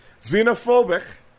Xenophobic